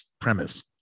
premise